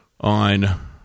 on